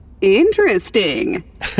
Interesting